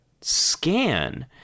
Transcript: scan